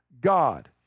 God